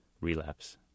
Relapse